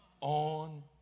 on